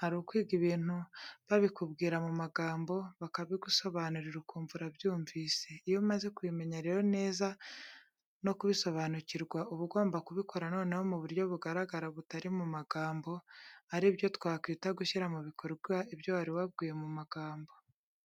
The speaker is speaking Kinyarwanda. Hari ukwiga ibintu babikubwira mu magambo bakabigusabanurira ukumva urabyumvise, iyo umaze kubimenya rero neza no kubisobanukirwa uba ugomba kubikora noneho mu buryo bugaragara butari mu magambo ari byo twakwita gushyira mu bikorwa ibyo wari wabwiwe mu magambo.